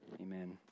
amen